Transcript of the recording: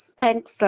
thanks